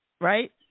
right